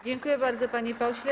Dziękuję bardzo, panie pośle.